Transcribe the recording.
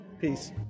Peace